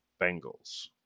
Bengals